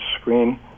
screen